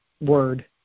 word